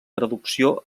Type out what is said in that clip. traducció